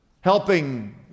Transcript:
helping